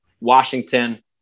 Washington